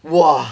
!wah!